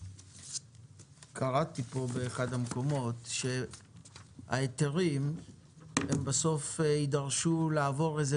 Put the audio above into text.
קראתי באחד המקומות שההיתרים יידרשו לעבור איזה